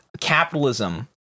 capitalism